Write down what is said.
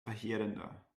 verheerender